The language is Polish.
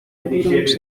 oburącz